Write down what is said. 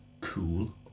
Cool